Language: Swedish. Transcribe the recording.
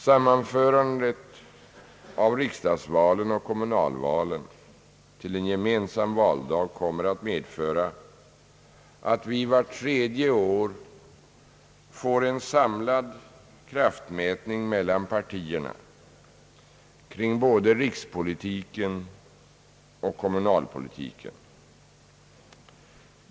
Sammanförandet av riksdagsvalen och kommunalvalen till en gemensam valdag kommer att medföra att vi vart tredje år får en samlad kraftmätning mellan partierna kring både rikspolitiken och kommunalpolitiken.